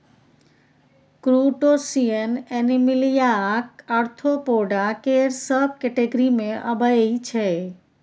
crustacean एनीमिलियाक arthropoda केर sub category मे अबै छै